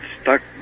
stuck